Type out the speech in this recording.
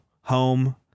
home